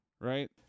Right